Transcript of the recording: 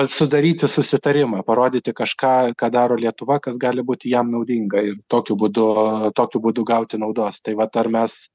sudaryti susitarimą parodyti kažką ką daro lietuva kas gali būti jam naudinga ir tokiu būdu tokiu būdu gauti naudos tai vat ar mes